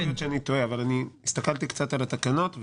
הסתכלתי על התקנות,